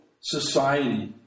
society